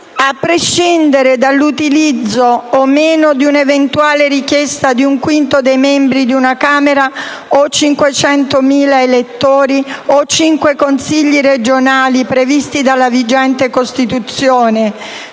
a prescindere dall'utilizzo o meno di un'eventuale richiesta di un quinto dei membri della Camera o 500.000 elettori o cinque Consigli regionali prevista dalla vigente Costituzione.